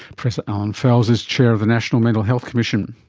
professor allan fels is chair of the national mental health commission.